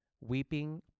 Weeping